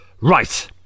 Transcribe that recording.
Right